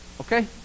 okay